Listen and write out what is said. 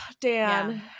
Dan